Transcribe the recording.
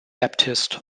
baptist